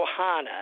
Ohana